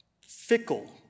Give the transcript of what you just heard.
fickle